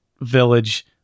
village